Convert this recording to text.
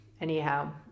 Anyhow